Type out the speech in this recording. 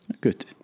Good